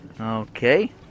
Okay